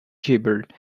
gibbered